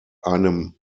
einem